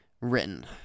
written